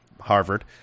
Harvard